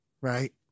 right